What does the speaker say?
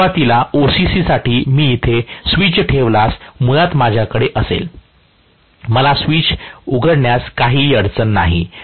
तर सुरुवातीला OCC साठी मी येथे स्विच ठेवल्यास मुळात माझ्याकडे असेल मला स्विच उघडण्यास काहीही अडचण नाही